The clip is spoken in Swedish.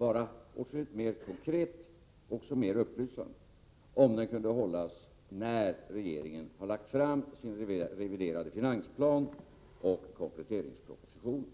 bli åtskilligt mer konkret och också mer upplysande, om den kunde hållas när regeringen har lagt fram sin reviderade finansplan och kompletteringspropositionen.